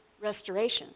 restoration